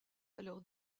alors